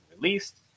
released